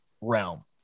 realm